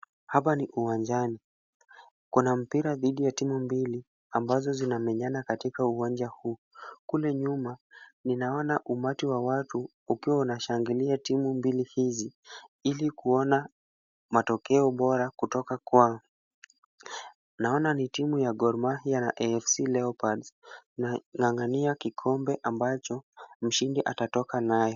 Hapa ni uwanjani, kuna mpira dhidi ya timu mbili ambazo zinamenyana katika uwanja huu. Kule nyuma ninaona umati wa watu ukiwa unashangilia timu mbili hizi ili kuona matokeo bora kutoka kwao. Naona ni timu ya Gor Mahia na AFC Leopards inang'ang'ania kikombe ambacho mshindi atatoka nayo.